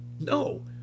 No